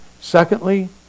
Secondly